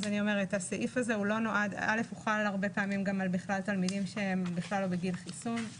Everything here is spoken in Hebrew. אני אומרת שהסעיף הזה חל הרבה פעמים על תלמידים שהם בכלל לא בגיל חיסון.